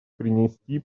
принести